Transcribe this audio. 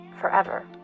forever